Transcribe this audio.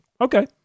Okay